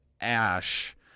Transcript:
ash